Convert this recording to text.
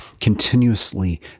continuously